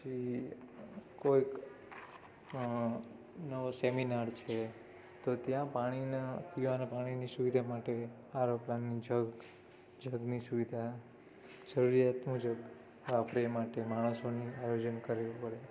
પછી કોઈક નવો સેમિનાર છે તો ત્યાં પાણીના પીવાના પાણીની સુવિધા માટે આરો પ્લાન્ટની જગ જગની સુવિધા જરૂરિયાત મુજબ આપણે એ માટે માણસોની આયોજન કરવું પડે